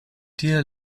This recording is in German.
dir